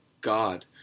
God